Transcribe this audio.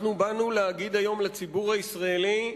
אנחנו באנו להגיד היום לציבור הישראלי: